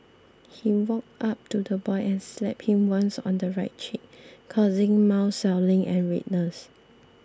he walked up to the boy and slapped him once on the right cheek causing mild swelling and redness